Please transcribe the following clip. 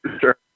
Sure